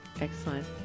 Excellent